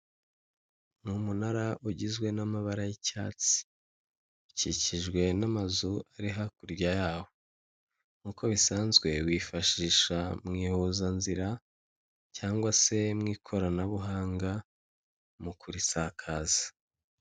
Ni umunara ugize n'amara y'icyatsi. Ukikijwe n'amazu ari hakurya yaho. Nkuko bisanzwe wifashisha mu ihuza nzira cyangwa se mu ikoranabuhanga mu kurisakaza.